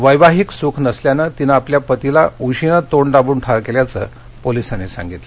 वैवाहिक सुख नसल्यानं तिनं आपल्या पतीला उशीनं तोंड दाबून ठार केल्याचं पोलिसांनी सांगितलं